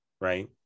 right